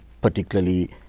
particularly